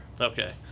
okay